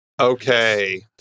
Okay